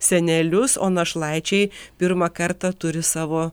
senelius o našlaičiai pirmą kartą turi savo